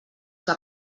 que